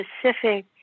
specific